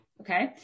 Okay